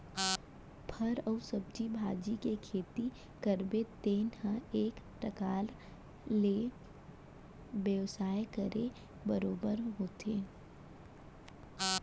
फर अउ सब्जी भाजी के खेती करबे तेन ह एक परकार ले बेवसाय करे बरोबर होथे